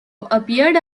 appeared